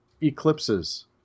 eclipses